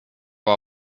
our